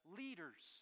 leaders